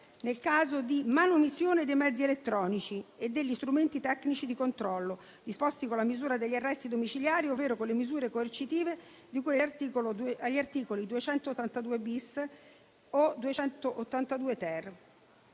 nel caso di manomissione dei mezzi elettronici e degli strumenti tecnici di controllo disposti con la misura degli arresti domiciliari, ovvero con le misure coercitive di cui agli articoli 282-*bis* o 282-*ter*.